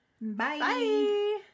Bye